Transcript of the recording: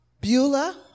Beulah